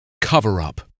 Cover-up